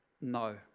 no